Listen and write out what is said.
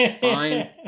fine